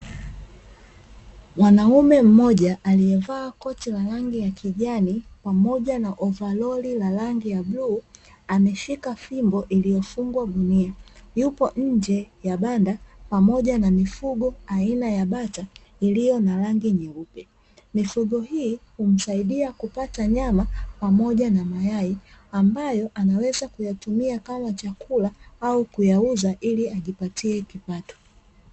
Mwanaume mmoja aliyevaa koti la rangi ya kijani pamoja na ovaroli la rangi ya bluu akiwa ameshika fimbo iliyofungwa gunia, yupo nje ya banda pamoja na mifugo aina ya bata iliyo na rangi nyeupe, mifugo hii humsaidia kupata nyama pamoja na mayai ambayo anaweza kuyatumia kama chakula au kuyauza ili ajipatie kipato.